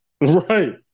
Right